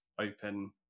open